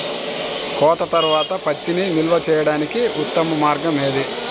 కోత తర్వాత పత్తిని నిల్వ చేయడానికి ఉత్తమ మార్గం ఏది?